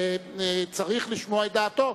צריך לשמוע את דעתו,